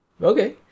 Okay